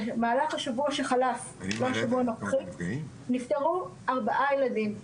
במהלך השבוע שחלף נפטרו ארבעה ילדים.